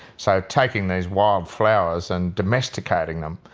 so taking these wildflowers and domesticating them.